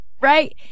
right